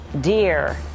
dear